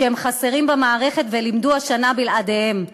כמו כן,